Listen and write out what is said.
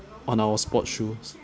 on our sports shoes